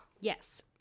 Yes